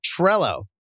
Trello